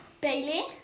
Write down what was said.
Bailey